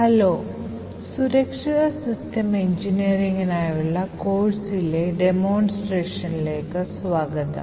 hello സുരക്ഷിത system എഞ്ചിനീയറിംഗിനായുള്ള കോഴ്സിലെ ഡെമോൺസ്ട്രേഷനിലേക്ക് സ്വാഗതം